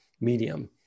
medium